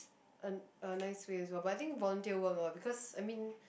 a a nice way as well but I think volunteer work lor because I mean